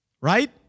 right